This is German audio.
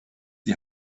die